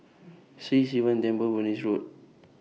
Sri Sivan Temple Road